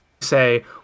say